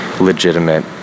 legitimate